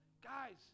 guys